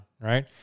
right